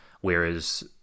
whereas